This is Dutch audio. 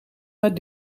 maar